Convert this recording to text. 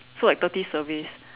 so like thirty surveys